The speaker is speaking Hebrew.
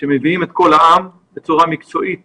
שמביאים את קול העם בצורה מקצועית